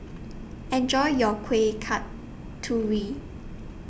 Enjoy your Kuih Kasturi